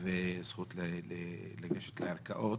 והזכות לגשת לערכאות,